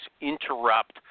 Interrupt